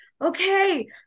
okay